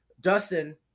Dustin